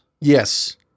Yes